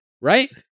right